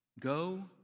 Go